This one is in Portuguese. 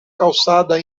calçada